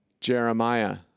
Jeremiah